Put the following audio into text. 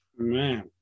Man